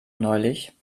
neulich